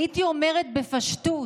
הייתי אומרת בפשטות